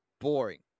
Boring